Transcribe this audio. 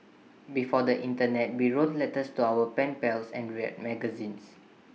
before the Internet we wrote letters to our pen pals and read magazines